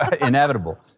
inevitable